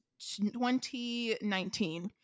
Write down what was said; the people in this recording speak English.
2019